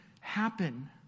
happen